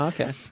Okay